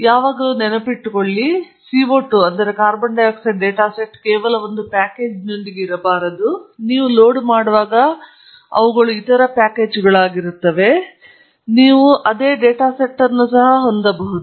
ಯಾವಾಗಲೂ ನೆನಪಿನಲ್ಲಿಟ್ಟುಕೊಳ್ಳಿ CO2 data set ಕೇವಲ ಒಂದು ಪ್ಯಾಕೇಜ್ನೊಂದಿಗೆ ಇರಬಾರದು ನೀವು ಲೋಡ್ ಮಾಡುವಾಗ ಅವುಗಳು ಇತರ ಪ್ಯಾಕೇಜುಗಳಾಗಿರುತ್ತವೆ ನೀವು ಅದೇ ಡೇಟಾ ಸೆಟ್ ಅನ್ನು ಸಹ ಹೊಂದಬಹುದು